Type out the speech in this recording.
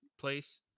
place